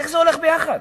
איך זה הולך ביחד?